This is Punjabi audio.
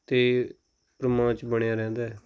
ਅਤੇ ਰੋਮਾਂਚ ਬਣਿਆ ਰਹਿੰਦਾ ਹੈ